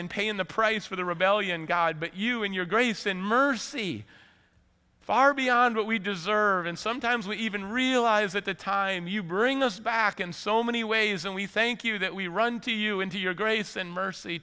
in paying the price for the rebellion god but you and your grace and mercy far beyond what we deserve and sometimes we even realize that the time you bring us back in so many ways and we thank you that we run to you and to your grace and mercy